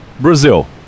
Brazil